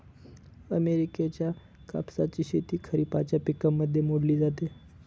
अमेरिकेच्या कापसाची शेती खरिपाच्या पिकांमध्ये मोडली जाते